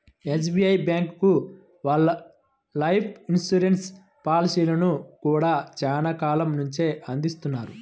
SBI bank వాళ్ళు life insurance పాలసీలను గూడా చానా కాలం నుంచే అందిత్తన్నారు